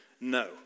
no